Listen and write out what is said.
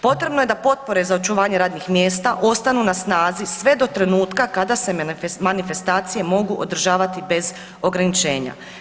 Potrebno je da potpore za očuvanje radnih mjesta ostanu na snazi sve do trenutka kada se manifestacije mogu održavati bez ograničenja.